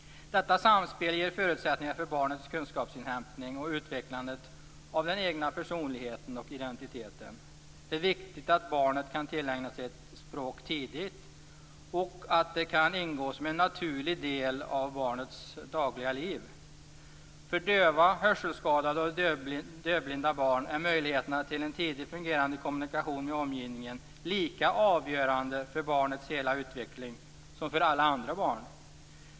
Detta samspel ger förutsättningar för barnets kunskapsinhämtning och utvecklandet av den egna personligheten och identiteten. Det är viktigt att barnet kan tillägna sig ett språk tidigt och att det kan ingå som en naturlig del av barnets dagliga liv. För döva, hörselskadade och dövblinda barn är möjligheterna till en tidigt fungerande kommunikation med omgivningen lika avgörande för hela utvecklingen som för alla andra barn.